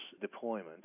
deployment